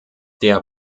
der